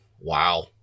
Wow